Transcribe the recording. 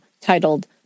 titled